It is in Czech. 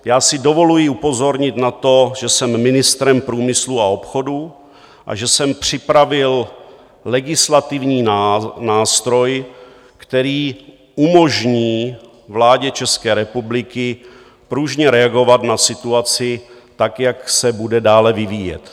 Já si dovoluji upozornit na to, že jsem ministrem průmyslu a obchodu a že jsem připravil legislativní nástroj, který umožní vládě České republiky pružně reagovat na situaci tak, jak se bude dále vyvíjet.